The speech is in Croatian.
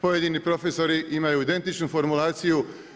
Pojedinim profesori imaju identičnu formulaciju.